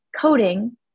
coding